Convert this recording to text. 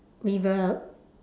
river